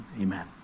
amen